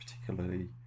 particularly